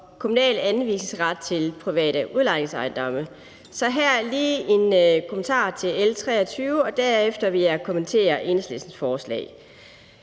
kommunal anvisningsret til private udlejningsejendomme. Så her lige en kommentar til L 23, og derefter vil jeg kommentere Enhedslistens forslag.